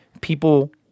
people